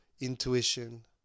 intuition